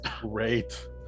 Great